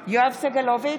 בעד יואב סגלוביץ'